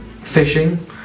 fishing